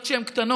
עוד כשהן קטנות,